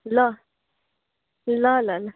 ल ल ल ल